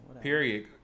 Period